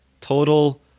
total